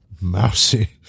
mousy